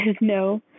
no